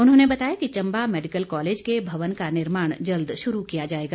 उन्होने बताया कि चंबा मैडिकल कॉलेज के भवन का निर्माण जल्द शुरू किया जाएगा